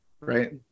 Right